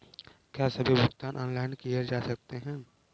क्या सभी भुगतान ऑनलाइन किए जा सकते हैं?